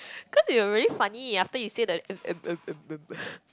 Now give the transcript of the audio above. cause you were really funny after you say the